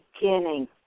beginning